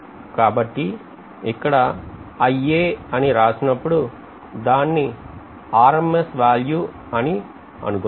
కాబట్టి ఇక్కడ అని రాసినప్పుడు దాన్ని RMS వేల్యూ అని అనుకుందాం